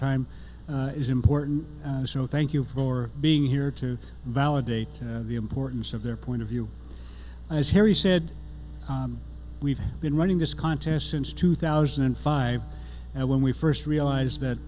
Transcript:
time is important so thank you for being here to validate the importance of their point of view as harry said we've been running this contest since two thousand and five when we first realized that